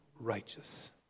righteous